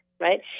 right